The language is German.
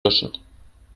löschen